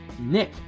Nick